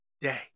day